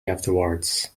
afterwards